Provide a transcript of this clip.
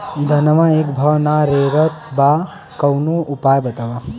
धनवा एक भाव ना रेड़त बा कवनो उपाय बतावा?